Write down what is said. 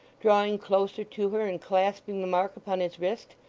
drawing closer to her and clasping the mark upon his wrist.